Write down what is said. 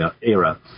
era